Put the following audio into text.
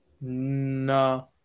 No